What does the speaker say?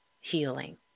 healing